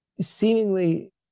seemingly